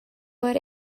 wood